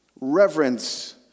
Reverence